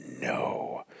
no